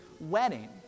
wedding